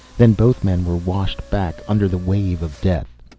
then both men were washed back under the wave of death.